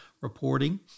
reporting